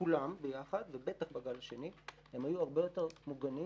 כולם ביחד, ובטח בגל השני, היו הרבה יותר מוגנים